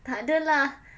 tak ada lah